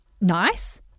nice